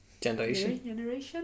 generation